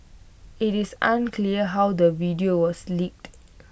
IT is unclear how the video was leaked